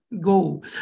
go